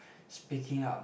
speaking up